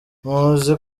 muzi